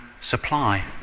supply